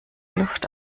luft